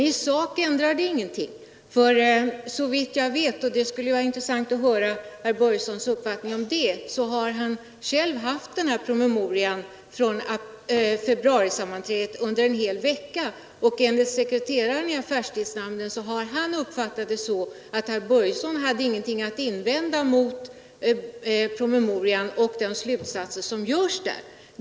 I sak ändrar det emellertid ingenting, ty såvitt jag vet — och det skulle vara intressant att höra herr Börjessons i Glömminge uppfattning om det — har herr Börjesson själv haft tillgång till promemorian från februarisammanträdet under en hel vecka, och sekreteraren i affärstidsnämnden har uppfattat det så att herr Börjesson inte hade någonting att invända mot promemorian och de slutsatser som görs där.